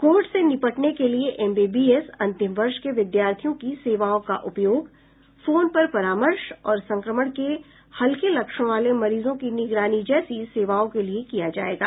Covid से निपटने के लिये एम बी बी एस अंतिम वर्ष के विद्यार्थियों की सेवाओं का उपयोग फोन पर परामर्श और संक्रमण के हल्के लक्षणों वाले मरीजों की निगरानी जैसी सेवाओं के लिए किए जाएगा